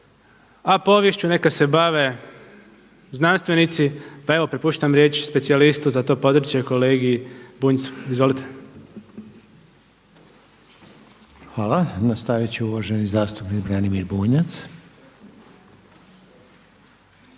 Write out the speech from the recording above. A poviješću neka se bave znanstvenici, pa evo prepuštam riječ specijalistu za to područje kolegi Bunjcu. Izvolite. **Reiner, Željko (HDZ)** Hvala. Nastavit će uvaženi zastupnik Branimir Bunjac.